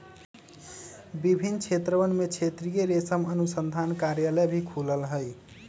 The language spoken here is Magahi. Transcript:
विभिन्न क्षेत्रवन में क्षेत्रीय रेशम अनुसंधान कार्यालय भी खुल्ल हई